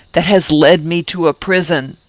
that has led me to a prison!